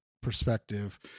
perspective